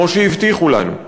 כמו שהבטיחו לנו,